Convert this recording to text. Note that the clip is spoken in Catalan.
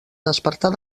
despertar